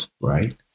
right